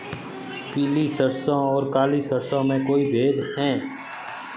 पीली सरसों और काली सरसों में कोई भेद है?